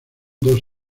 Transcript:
dos